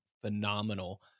phenomenal